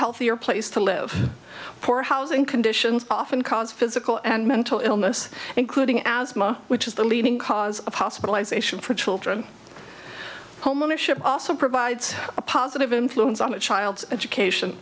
healthier place to live poor housing conditions often cause physical and mental illness including asthma which is the leading cause of hospitalization for children homeownership also provides a positive influence on a child's education